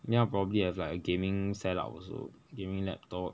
then I'll probably have like a gaming set up also gaming laptop